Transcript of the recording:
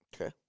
Okay